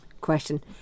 question